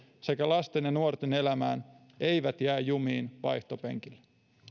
sekä lasten ja nuorten elämään eivät jää jumiin vaihtopenkillä